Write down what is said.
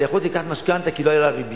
אבל יכולתי לקחת משכנתה, כי לא היתה ריבית.